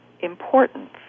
importance